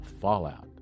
fallout